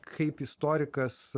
kaip istorikas